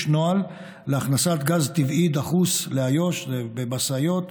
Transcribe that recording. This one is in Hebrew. נוהל להכנסת גז טבעי דחוס לאיו"ש במשאיות,